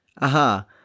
Aha